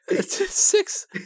Six